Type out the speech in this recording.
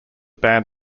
band